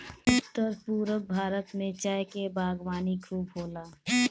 उत्तर पूरब भारत में चाय के बागवानी खूब होला